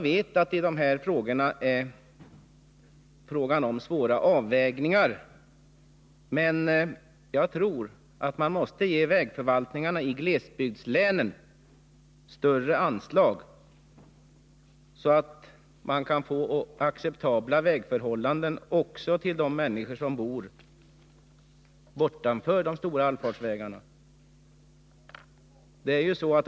Det är på det här området fråga om svåra avvägningar, men jag anser att man måste ge vägförvaltningarna i glesbygdslänen större anslag, så att de kan åstadkomma acceptabla vägförhållanden också för de människor som bor bortom de stora allfarvägarna.